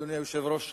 אדוני היושב-ראש,